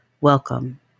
Welcome